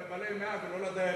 אבל לבעלי מאה ולא לדיירים.